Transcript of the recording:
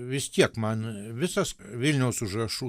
vis tiek man visas vilniaus užrašų